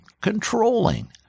controlling